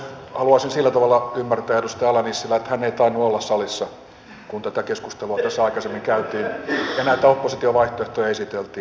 haluaisin sillä tavalla ymmärtää edustaja ala nissilää että hän ei tainnut olla salissa kun tätä keskustelua tässä aikaisemmin käytiin ja näitä opposition vaihtoehtoja esiteltiin